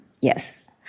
yes